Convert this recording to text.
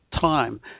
time